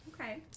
Okay